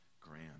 grand